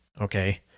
okay